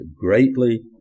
greatly